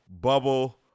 bubble